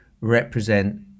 represent